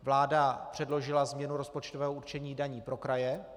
Vláda předložila změnu rozpočtového určení daní pro kraje.